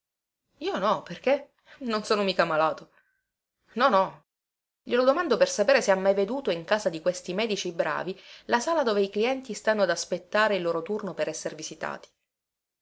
io no perché non sono mica malato no no glielo domando per sapere se ha mai veduto in casa di questi medici bravi la sala dove i clienti stanno ad aspettare il loro turno per esser visitati